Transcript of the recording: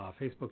Facebook